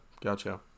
Gotcha